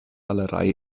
malerei